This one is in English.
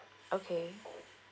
okay